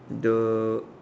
the